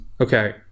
Okay